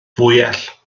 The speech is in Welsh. fwyell